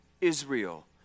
Israel